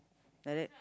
like that